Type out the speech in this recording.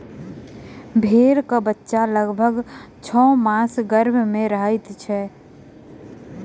भेंड़क बच्चा लगभग छौ मास गर्भ मे रहैत छै